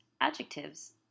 adjectives